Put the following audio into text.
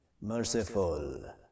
merciful